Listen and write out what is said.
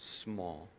small